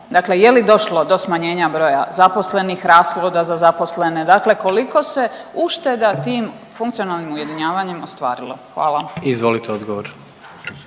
dakle je li došlo do smanjenja broja zaposlenih, rashoda za zaposlene, dakle koliko se ušteda tim funkcionalnim ujedinjavanjem ostvarilo? Hvala. **Jandroković,